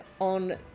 on